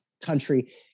country